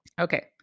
Okay